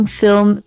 film